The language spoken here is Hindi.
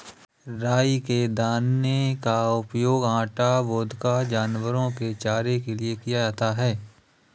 राई के दाने का उपयोग आटा, वोदका, जानवरों के चारे के लिए किया जाता है